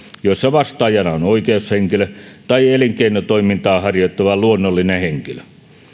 joissa vastaajana on oikeushenkilö tai elinkeinotoimintaa harjoittava luonnollinen henkilö